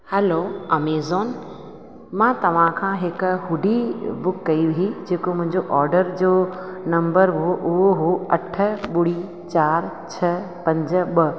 hello Amazon मां तव्हां खां हिकु हुडी बुक कई वई हुई जेको मुंहिंजो ऑडर जो नंबर हुओ उहो हुओ अठ ॿुड़ी चारि छह पंज ॿ